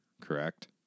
correct